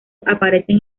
aparecen